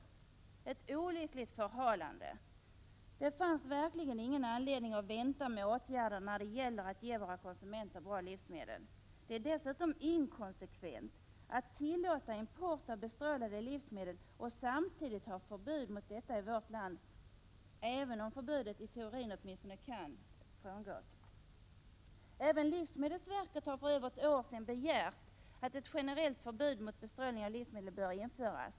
Detta innebar ett olyckligt förhalande. Det fanns verkligen ingen anledning att vänta med åtgärder när det gäller att ge våra konsumenter bra livsmedel. Det är dessutom inkonsekvent att tillåta import av bestrålade livsmedel och samtidigt ha förbud mot produktion av dessa i vårt land, även om förbudet, i teorin åtminstone, kan frångås. Även livsmedelsverket har för över ett år sedan begärt att ett generellt förbud mot bestrålning av livsmedel skall införas.